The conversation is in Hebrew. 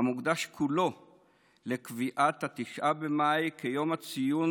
המוקדש כולו לקביעת 9 במאי כיום הציון